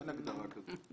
אין הגדרה כזאת.